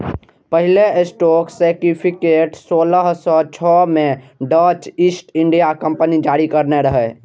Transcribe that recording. पहिल stock certificate सोलह सय छह मे डच ईस्ट इंडिया कंपनी जारी करने रहै